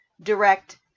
direct